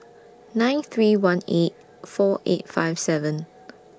nine three one eight four eight five seven